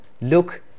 look